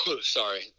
Sorry